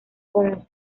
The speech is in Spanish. con